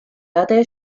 erde